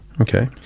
Okay